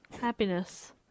Happiness